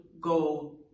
go